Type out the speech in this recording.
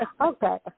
Okay